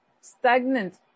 stagnant